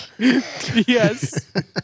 yes